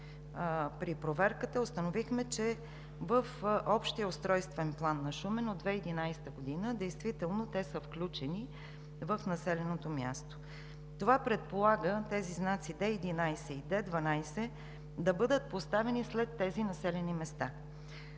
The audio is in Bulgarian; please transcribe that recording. при проверката се установи, че в Общия устройствен план на Шумен от 2011 г. действително те са включени в населеното място. Това предполага тези знаци – Д11 и Д12, да бъдат поставени след тези населени места.